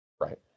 Right